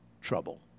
trouble